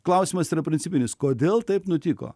klausimas yra principinis kodėl taip nutiko